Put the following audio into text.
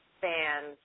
fans